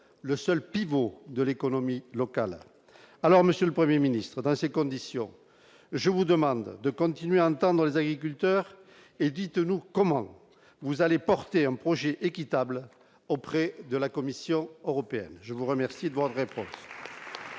le seul pivot de l'économie locale, alors Monsieur le 1er ministre dans ces conditions, je vous demande de continuer à entendre les agriculteurs et dites-nous comment vous allez porter un projet équitable auprès de la Commission européenne, je vous remercie de voir répond.